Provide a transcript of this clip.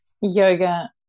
Yoga